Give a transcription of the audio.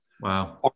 Wow